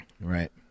right